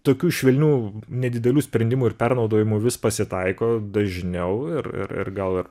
tokių švelnių nedidelių sprendimų ir pernaudojimų vis pasitaiko dažniau ir ir ir gal ir